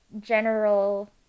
general